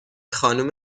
خانم